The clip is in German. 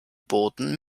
booten